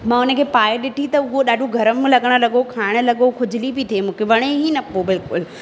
मां उन खे पाए ॾिठी त उहो ॾाढो गरमु लॻणु लॻो खाइणु लॻो ख़ुजली बि थिए मूंखे वणे ई न पियो बिल्कुलु